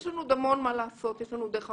יש לנו עוד המון מה לעשות, יש לנו דרך ארוכה.